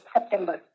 September